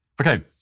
Okay